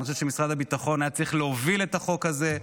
אני חושב שמשרד הביטחון היה צריך להוביל את החוק הזה,